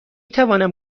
توانم